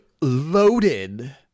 loaded